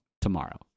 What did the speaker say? tomorrow